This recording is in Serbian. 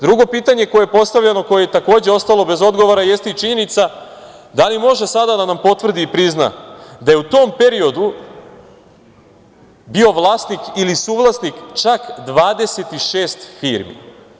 Drugo pitanje koje postavljeno, koje je takođe ostalo bez odgovora, jeste i činjenica da li može sada da nam potvrdi i prizna da je u tom periodu bio vlasnik ili suvlasnik čak 26 firmi?